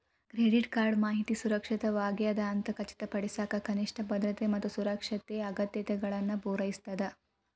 credit card ಮಾಹಿತಿ ಸುರಕ್ಷಿತವಾಗ್ಯದ ಅಂತ ಖಚಿತಪಡಿಸಕ ಕನಿಷ್ಠ ಭದ್ರತೆ ಮತ್ತ ಸುರಕ್ಷತೆ ಅಗತ್ಯತೆಗಳನ್ನ ಪೂರೈಸ್ತದ